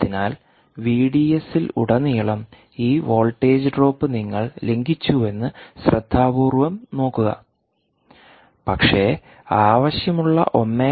അതിനാൽ വിഡിഎസിലുടനീളം ഈ വോൾട്ടേജ് ഡ്രോപ്പ് നിങ്ങൾ ലംഘിച്ചുവെന്ന് ശ്രദ്ധാപൂർവ്വം നോക്കുക പക്ഷേ ആവശ്യമുള്ള 1